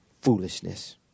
foolishness